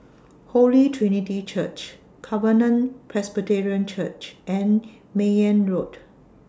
Holy Trinity Church Covenant Presbyterian Church and Mayne Road